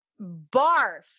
Barf